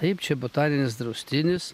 taip čia botaninis draustinis